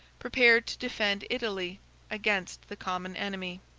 prepared to defend italy against the common enemy.